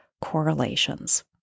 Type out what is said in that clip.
correlations